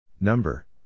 Number